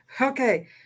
Okay